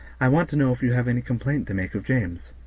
i want to know if you have any complaint to make of james.